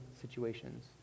situations